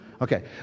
Okay